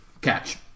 catch